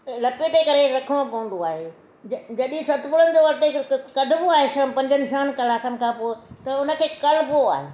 लपेटे करे रखिणो पवंदो आहे ज जॾहिं सतपुड़नि जे अटे खे कॾबो आहे छहे पंजनि कलाकनि खां पोइ त उनखे कलबो आहे